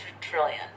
trillion